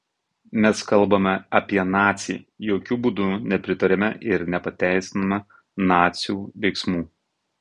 mes kalbame apie nacį jokiu būdu nepritariame ir nepateisiname nacių veiksmų